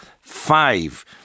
five